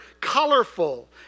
colorful